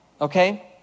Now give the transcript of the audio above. okay